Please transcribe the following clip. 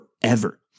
forever